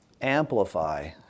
amplify